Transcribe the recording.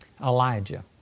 Elijah